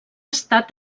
estat